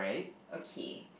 okay